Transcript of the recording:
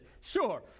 sure